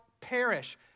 perish